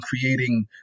creating